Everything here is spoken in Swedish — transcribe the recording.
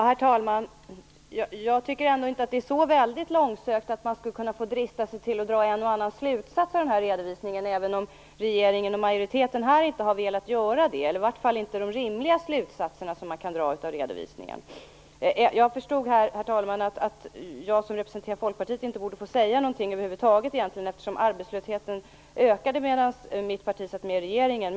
Herr talman! Jag tycker ändå inte att det är så väldigt långsökt att drista sig till att dra en och annan slutsats av den här redovisningen, även om regeringen och majoriteten här i riksdagen inte har velat göra det - i varje fall inte de rimliga slutsatser som hade kunnat dras av redovisningen. Jag förstod, herr talman, att jag som representerar Folkpartiet inte borde borde få säga någonting över huvud taget eftersom arbetslösheten ökade medan mitt parti satt med i regeringen.